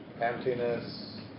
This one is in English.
emptiness